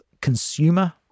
consumer